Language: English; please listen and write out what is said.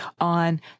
on